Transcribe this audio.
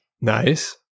Nice